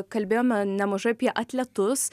kalbėjome nemažai apie atletus